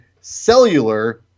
Cellular